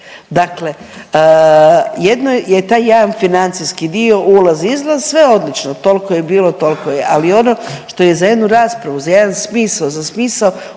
Dakle, jedno je taj jedan financijski dio, ulaz, izlaz, sve odlično, toliko je bilo, toliko je, ali ono što je za jednu raspravu, za jedan smisao, za smisao